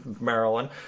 Maryland